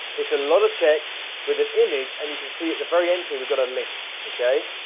it's a lot of text with an image, and you can see at the very end here we've got a link okay.